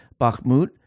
Bakhmut